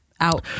Out